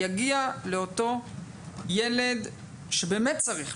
יגיע לאותו ילד שבאותו צריך.